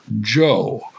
Joe